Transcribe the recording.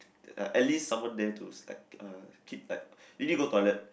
uh at least someone there to like uh keep like you need go toilet